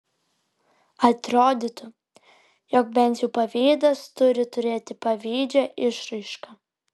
atrodytų jog bent jau pavydas turi turėti pavydžią išraišką